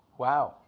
wow.